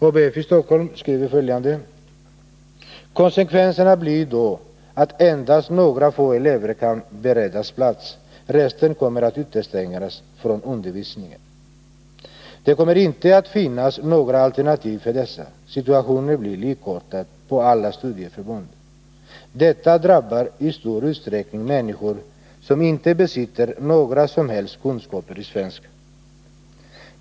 ABF i Stockholm skriver följande: ”Konsekvenserna blir då att endast några få elever kan beredas plats. Resten kommer att utestängas från undervisningen. Det kommer inte att finnas några alternativ för dessa — situationen blir likartad på alla studieförbund. Detta drabbar i stor utsträckning människor som inte besitter några som helst kunskaper i svenska.